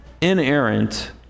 inerrant